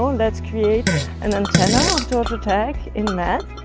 let's create an antenna of georgia tech in math.